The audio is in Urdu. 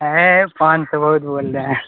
ہے پانچ سو بہت بول رہے ہیں